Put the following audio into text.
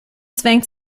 zwängt